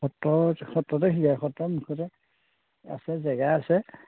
সত্ৰ সত্ৰতে শিকাই সত্ৰৰ মুখতে আছে জেগা আছে